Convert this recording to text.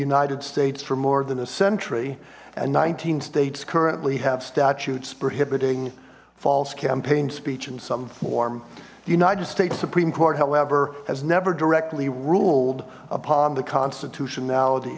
united states for more than a century and nineteen states currently have statutes prohibiting false campaign speech in some form the united states supreme court however has never directly ruled upon the constitutionality